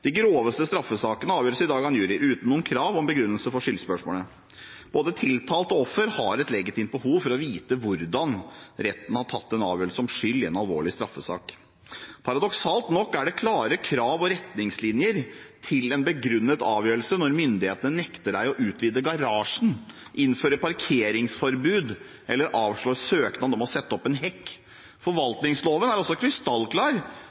De groveste straffesakene avgjøres i dag av en jury uten krav om begrunnelse for skyldspørsmålet. Både tiltalte og offer har et legitimt behov for å vite hvordan retten har tatt en avgjørelse om skyld i en alvorlig straffesak. Paradoksalt nok er det klare krav og retningslinjer til en begrunnet avgjørelse når myndighetene nekter deg å utvide garasjen, innfører parkeringsforbud eller avslår søknad om å sette opp en hekk. Forvaltningsloven er også krystallklar